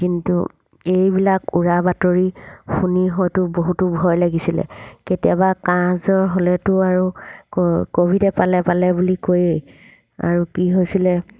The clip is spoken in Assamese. কিন্তু এইবিলাক উৰা বাতৰি শুনি হয়তো বহুতো ভয় লাগিছিলে কেতিয়াবা কাঁহ জ্বৰ হ'লেতো আৰু ক ক'ভিডে পালে পালে বুলি কয়েই আৰু কি হৈছিলে